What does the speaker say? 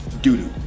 Doo-doo